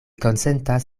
konsentas